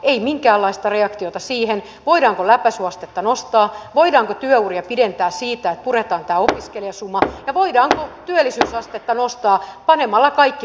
ei minkäänlaista reaktiota siihen voidaanko läpäisyastetta nostaa voidaanko työuria pidentää sillä että puretaan tämä opiskelijasuma ja voidaanko työllisyysastetta nostaa panemalla kaikki kouluun